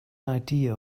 idea